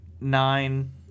nine